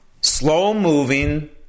slow-moving